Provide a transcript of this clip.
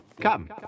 Come